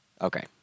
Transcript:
Okay